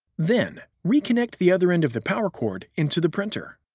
then, reconnect the other end of the power cord into the printer.